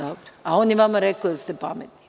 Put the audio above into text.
On je vama rekao da ste pametni.